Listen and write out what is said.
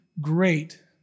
great